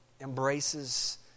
embraces